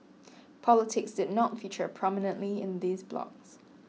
politics did not feature prominently in these blogs